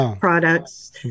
products